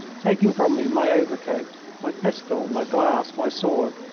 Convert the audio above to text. taking from me my overcoat, my pistol, my glass, my sword,